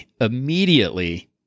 immediately